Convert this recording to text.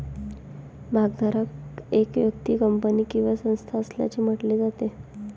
भागधारक एक व्यक्ती, कंपनी किंवा संस्था असल्याचे म्हटले जाते